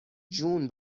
جون